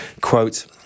Quote